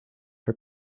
her